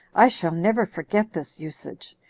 i shall never forget this usage.